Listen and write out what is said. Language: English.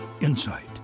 insight